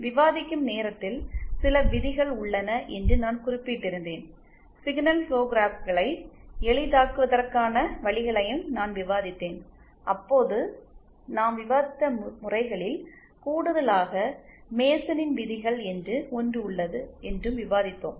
விவாதிக்கும் நேரத்தில் சில விதிகள் உள்ளன என்று நான் குறிப்பிட்டிருந்தேன் சிக்னல் ஃபுளோ கிராப்களை எளிதாக்குவதற்கான வழிகளையும் நான் விவாதித்தேன் அப்போது நாம் விவாதித்த முறைகளில் கூடுதலாக மேசனின் விதிகள் Mason's rules என்று ஒன்று உள்ளது என்றும் விவாதித்தோம்